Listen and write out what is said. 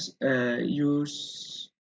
use